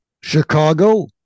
Chicago